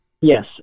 Yes